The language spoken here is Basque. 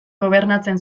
gobernatzen